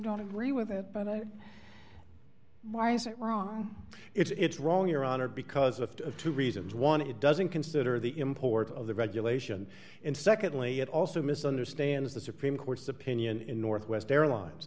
don't agree with it but i why is it wrong it's wrong your honor because of two reasons one it doesn't consider the import of the regulation and secondly it also misunderstands the supreme court's opinion in northwest airlines